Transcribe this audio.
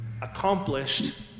accomplished